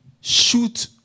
shoot